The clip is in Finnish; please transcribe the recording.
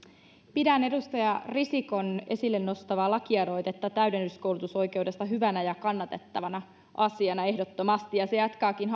pidän edustaja risikon esille nostamaa lakialoitetta täydennyskoulutusoikeudesta ehdottomasti hyvänä ja kannatettavana asiana se jatkaakin